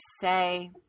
say